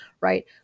right